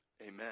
Amen